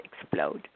explode